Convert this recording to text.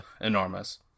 enormous